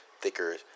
thicker